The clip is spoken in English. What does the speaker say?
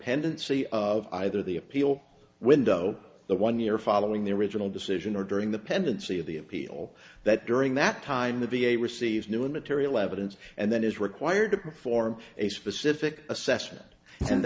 pendency of either the appeal window the one year following the original decision or during the pendency of the appeal that during that time the v a receives new material evidence and then is required to perform a specific assessment and